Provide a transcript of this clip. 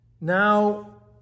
now